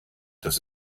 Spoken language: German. das